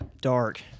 dark